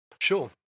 Sure